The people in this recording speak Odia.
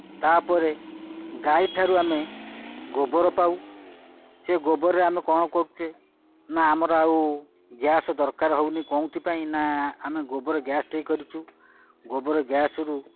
ତା'ପରେ ଗାଈ ଠାରୁ ଆମେ ଗୋବର ପାଉ ସେ ଗୋବରରେ ଆମେ କ'ଣ କରୁଛେ ନା ଆମର ଆଉ ଗ୍ୟାସ୍ ଦରକାର ହଉନି କେଉଁଥିପାଇଁ ନା ଆମେ ଗୋବର ଗ୍ୟାସ୍ଠେ କରିଛୁ ଗୋବର ଗ୍ୟାସ୍ରୁ